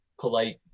polite